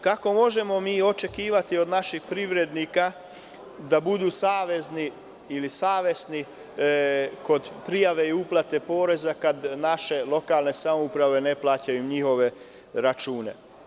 Kako možemo mi očekivati od naših privrednika da budu savesni kod prijave ili uplate poreza, kada naše lokalne samouprave ne plaćaju njihove račune?